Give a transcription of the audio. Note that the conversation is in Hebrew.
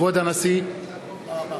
כבוד הנשיא!